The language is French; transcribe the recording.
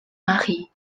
marie